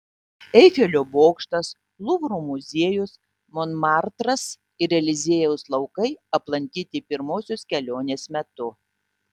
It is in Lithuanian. eifelio bokštas luvro muziejus monmartras ir eliziejaus laukai aplankyti pirmosios kelionės metu